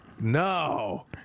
No